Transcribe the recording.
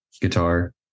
guitar